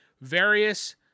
various